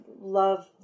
love